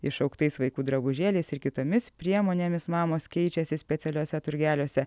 išaugtais vaikų drabužėliais ir kitomis priemonėmis mamos keičiasi specialiuose turgeliuose